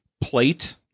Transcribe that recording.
plate